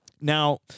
Now